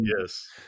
yes